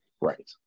Right